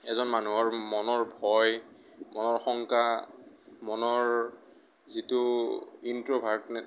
এজন মানুহৰ মনৰ ভয় মনৰ শংকা মনৰ যিটো ইনট্ৰভাৰ্টনে